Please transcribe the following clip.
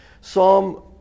Psalm